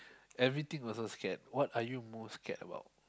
everything also scared what are you most scared about